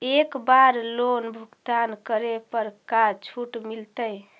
एक बार लोन भुगतान करे पर का छुट मिल तइ?